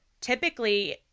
typically